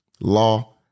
law